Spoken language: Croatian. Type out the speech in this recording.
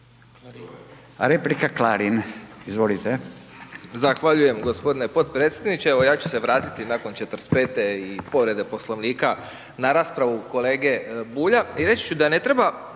Replika, Klarin, izvolite.